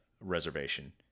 reservation